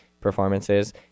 performances